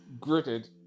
gritted